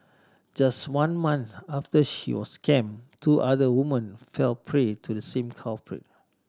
just one month after she was scammed two other women fell prey to the same culprit